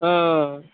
ହଁ